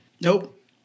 Nope